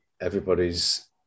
everybody's